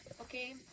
Okay